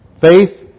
Faith